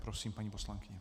Prosím, paní poslankyně.